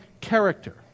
character